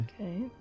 Okay